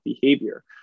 behavior